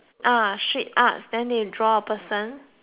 ah street arts then they draw a person